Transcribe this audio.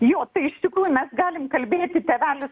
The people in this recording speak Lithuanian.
jo tai iš tikrųjų mes galim kalbėti tėvelis